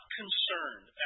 concerned